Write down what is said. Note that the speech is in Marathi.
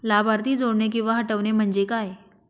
लाभार्थी जोडणे किंवा हटवणे, म्हणजे काय?